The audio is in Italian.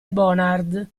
bonard